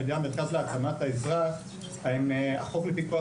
הועלה על ידי המרכז להעצמת האזרח החוק לפיקוח